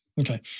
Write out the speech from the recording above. Okay